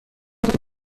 اضافه